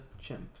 chimp